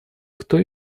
кто